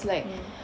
mm